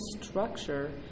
structure